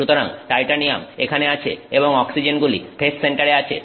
সুতরাং টাইটানিয়াম এখানে আছে এবং অক্সিজেনগুলি ফেস সেন্টারে আছে